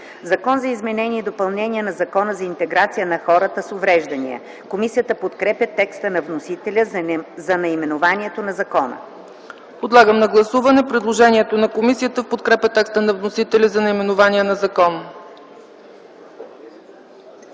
„Закон за изменение и допълнение на Закона за интеграция на хората с увреждания.” Комисията подкрепя текста на вносителя за наименованието на закона.